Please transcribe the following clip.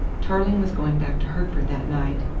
tarling was going back to hertford that night,